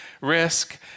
risk